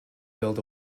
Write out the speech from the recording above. build